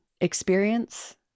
experience